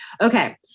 okay